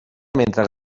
mentre